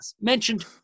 Mentioned